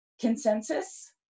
consensus